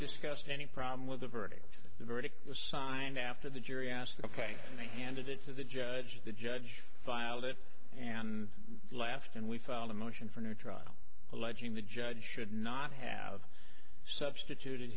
discussed any problem with the verdict the verdict was signed after the jury asked the ok and then handed it to the judge the judge filed it and laughed and we found a motion for a new trial alleging the judge should not have substituted